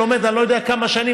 שלומד אני לא יודע כמה שנים,